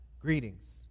Greetings